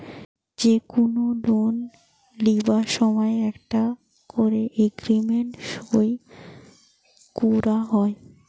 যে কুনো লোন লিবার সময় একটা কোরে এগ্রিমেন্ট সই কোরা হয়